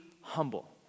humble